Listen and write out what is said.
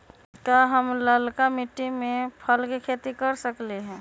का हम लालका मिट्टी में फल के खेती कर सकेली?